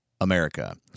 America